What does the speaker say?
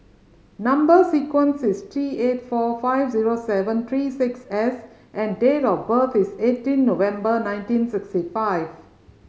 number sequence is T eight four five zero seven three six S and date of birth is eighteen November nineteen sixty five